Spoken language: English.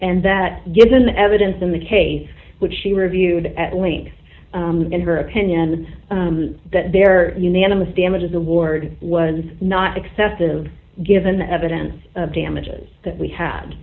and that given the evidence in the case which she reviewed at links in her opinion that there unanimous damages award was not excessive given the evidence of damages that we